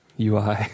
UI